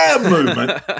movement